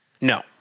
no